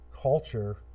culture